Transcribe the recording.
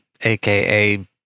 aka